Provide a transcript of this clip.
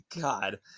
God